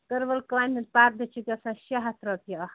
کٔروَل کامہِ ہٕنٛدۍ پَردٕ چھِ گژھان شےٚ ہَتھ رۄپیہِ اَکھ